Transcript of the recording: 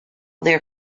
their